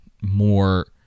more